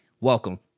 welcome